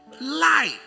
light